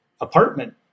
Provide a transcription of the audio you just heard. apartment